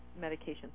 medication